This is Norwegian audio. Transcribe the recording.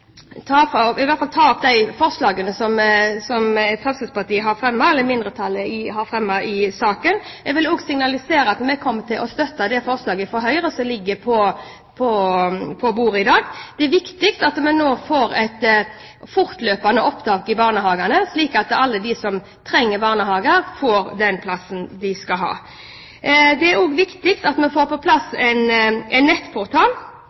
ta opp de forslagene som Fremskrittspartiet sammen med andre partier har fremmet i saken. Jeg vil også signalisere at vi kommer til å støtte det forslaget fra Høyre som ligger på bordet i dag. Det er viktig at vi nå får fortløpende opptak til barnehage, slik at alle som trenger barnehageplass, får den plassen de skal ha. Det er også viktig at vi får på plass en nettportal,